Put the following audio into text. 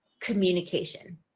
communication